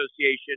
Association